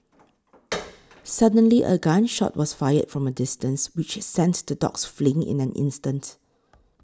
suddenly a gun shot was fired from a distance which sent the dogs fleeing in an instant